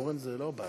הן כבר קובעות.